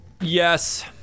Yes